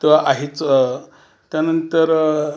तर आहेच त्यानंतर